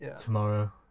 Tomorrow